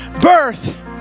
birth